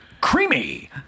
creamy